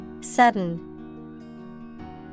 Sudden